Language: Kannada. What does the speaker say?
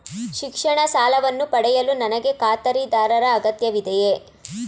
ಶಿಕ್ಷಣ ಸಾಲವನ್ನು ಪಡೆಯಲು ನನಗೆ ಖಾತರಿದಾರರ ಅಗತ್ಯವಿದೆಯೇ?